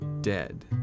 dead